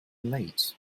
late